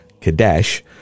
Kadesh